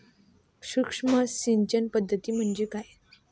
सूक्ष्म सिंचन पद्धती म्हणजे काय?